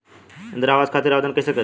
इंद्रा आवास खातिर आवेदन कइसे करि?